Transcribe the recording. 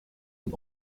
een